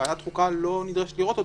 שוועדת החוקה לא נדרשת לראות אותם.